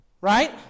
right